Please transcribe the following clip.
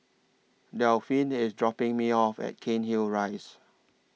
Delphine IS dropping Me off At Cairnhill Rise